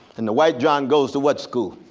and the white john goes to what school?